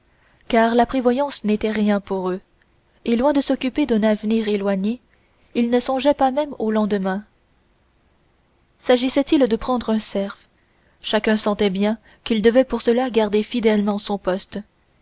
car la prévoyance n'était rien pour eux et loin de s'occuper d'un avenir éloigné ils ne songeaient pas même au lendemain s'agissait-il de prendre un cerf chacun sentait bien qu'il devait pour cela garder fidèlement son poste